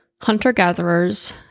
hunter-gatherers